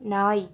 நாய்